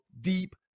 deep